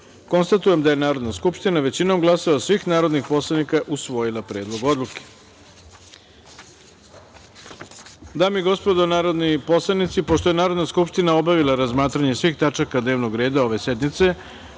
troje. Konstatujem da je Narodna skupština, većinom glasova svih narodnih poslanika, usvojila Predlog odluke. Dame i gospodo narodni poslanici, pošto je Narodna skupština obavila razmatranje svih tačaka dnevnog reda ove sednice